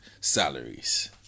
salaries